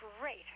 Great